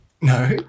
No